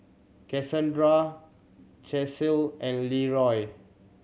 Cassondra Chelsey and Leeroy